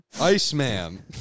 Iceman